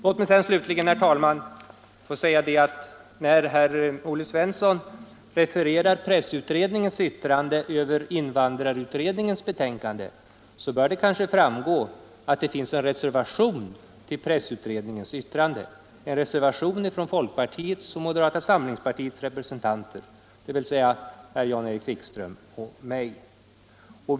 Låt mig, herr talman, också få säga, med anledning av att Olle Svensson refererar pressutredningens yttrande över invandrarutredningens betänkande, att det finns en reservation till pressutredningens yttrande, avlämnad av folkpartiets och moderata samlingspartiets representanter, dvs. Jan Erik Wikström och jag själv.